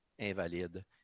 invalides